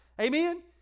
Amen